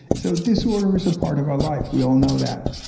so disorder is a part of our life. we all know that.